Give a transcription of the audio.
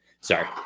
sorry